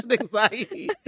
anxiety